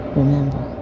remember